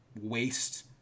waste